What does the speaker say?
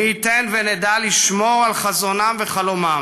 מי ייתן ונדע לשמור על חזונם וחלומם